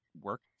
work